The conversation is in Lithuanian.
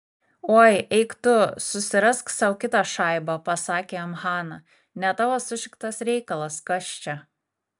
oi eik tu susirask sau kitą šaibą pasakė jam hana ne tavo sušiktas reikalas kas čia